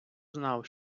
знав